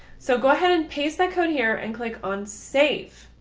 so go ahead and paste that code here and click on save.